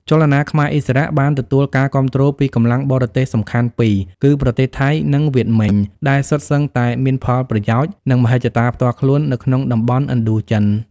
ចលនាខ្មែរឥស្សរៈ បានទទួលការគាំទ្រពីកម្លាំងបរទេសសំខាន់ពីរ គឺប្រទេសថៃ និងវៀតមិញ ដែលសុទ្ធសឹងតែមានផលប្រយោជន៍ និងមហិច្ឆតាផ្ទាល់ខ្លួននៅក្នុងតំបន់ឥណ្ឌូចិន។